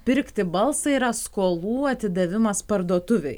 pirkti balsą yra skolų atidavimas parduotuvėj